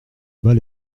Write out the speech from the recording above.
bas